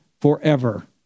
forever